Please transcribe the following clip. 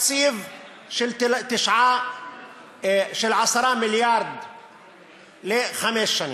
תקציב של 10 מיליארד לחמש שנים.